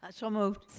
ah so moved.